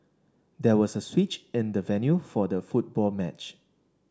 there was a switch in the venue for the football match